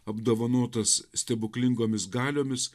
apdovanotas stebuklingomis galiomis